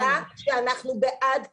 הייתה שאנחנו בעד קיצור.